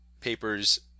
papers